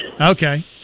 Okay